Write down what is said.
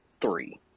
three